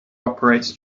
operates